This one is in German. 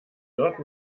dort